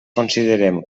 considerem